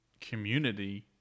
community